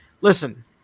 Listen